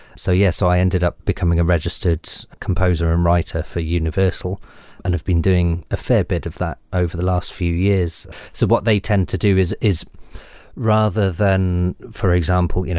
so yeah so i ended up becoming a registered composer and writer for universal and i've been doing a fair bit of that over the last few years. so what they tend to do is is rather than, for example, you know